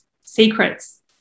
secrets